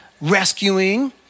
rescuing